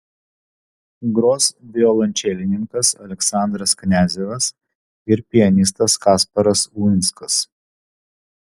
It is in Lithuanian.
gros violončelininkas aleksandras kniazevas ir pianistas kasparas uinskas